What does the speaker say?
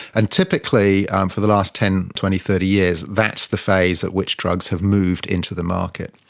and typically um for the last ten, twenty, thirty years, that's the phase at which drugs have moved into the market.